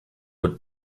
would